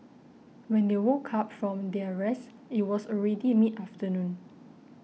when they woke up from their rest it was already mid afternoon